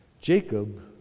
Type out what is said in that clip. Jacob